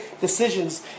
decisions